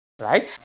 right